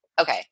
okay